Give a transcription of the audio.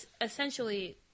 Essentially